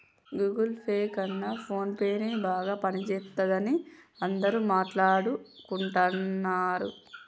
Google Pay కన్నా ఫోన్పేనే బాగా పనిజేత్తందని అందరూ మాట్టాడుకుంటన్నరు